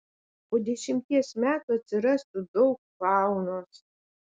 po dešimties metų atsirastų daug faunos